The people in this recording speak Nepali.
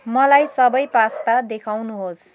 मलाई सबै पास्ता देखाउनुहोस्